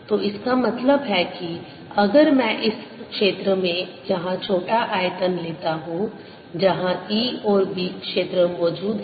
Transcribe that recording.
तो इसका मतलब है कि अगर मैं इस क्षेत्र में यहां छोटा आयतन लेता हूं जहां E और B क्षेत्र मौजूद है